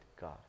God